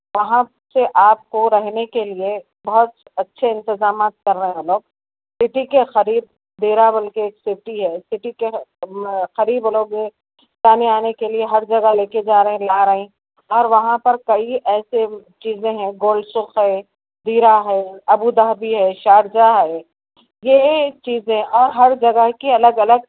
وہاں سے آپ کو رہنے کے لیے بہت اچھے انتظامات کر رہے ہیں لوگ سٹی کے قریب ڈیراول کے سٹی ہے سٹی کے قریب لوگ جانے آنے کے لیے ہر جگہ لے کے جا رہے ہیں لا رہے ہیں اور وہاں پر کئی ایسے چیزیں ہیں گولڈ ہے ہیرا ہے ابوظہبی ہے شارجہ ہے یہ چیزیں اور ہر جگہ کے الگ الگ